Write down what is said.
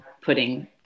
putting